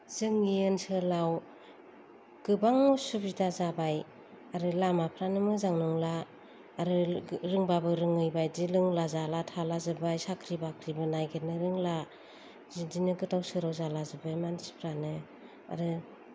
जोंनि ओनसोलाव गोबां असुबिदा जाबाय आरो लामाफ्रानो मोजां नंला आरो रोंबाबो रोङै बादि लोंला जाला थालाजोब्बाय साख्रि बाख्रिबो नागिरनो रोंला बिदिनो गोदाव सोराव जालाजोब्बाय मानसिफ्रानो आरो